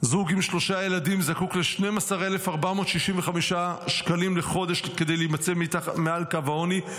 זוג עם שלושה ילדים זקוק ל-12,465 שקלים לחודש כדי להימצא מעל קו העוני,